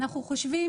אנחנו חושבים